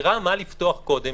הבחירה מה לפתוח קודם